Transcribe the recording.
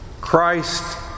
Christ